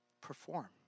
perform